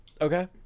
Okay